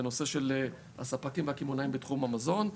בנושא של הספקים והקמעונאים בתחום המזון.